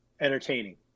entertaining